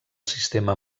sistema